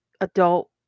adult